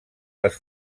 les